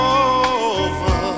over